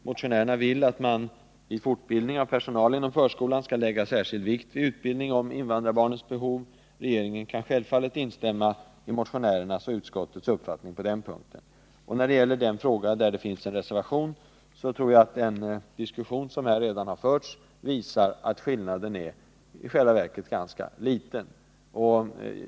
Motionärerna vill att man vid fortbildning av personal inom förskolan skall lägga särskild vikt vid invandrarbarnens behov. Jag kan självfallet instämma i motionärernas och utskottets uppfattning på denna punkt. När det gäller den fråga där det har avgivits en reservation, visar den diskussion som redan har förts här att skillnaden i uppfattning i själva verket är ganska liten.